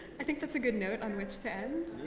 i think that's a good note on which to end.